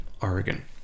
Oregon